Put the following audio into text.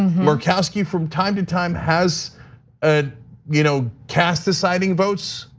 murkowski, from time to time, has ah you know cast deciding votes,